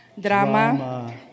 Drama